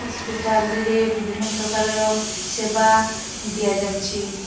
ହସ୍ପିଟାଲ୍ରେ ବିଭିନ୍ନ ପ୍ରକାରର ସେବା ଦିଆଯାଉଛି